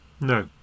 No